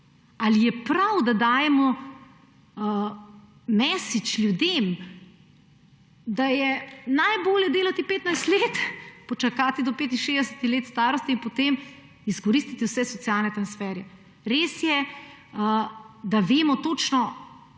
ali je prav, da dajemo message ljudem, da je najbolje delati 15 let, počakati do 65. leta starosti in potem izkoristiti vse socialne transferje. Res je, da vemo točno,